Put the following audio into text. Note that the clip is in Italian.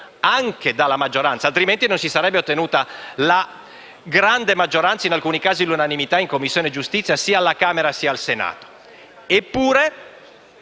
anche dalla maggioranza, altrimenti non si sarebbe ottenuta la grande maggioranza parlamentare in alcuni casi l'unanimità, in Commissione giustizia sia alla Camera che al Senato.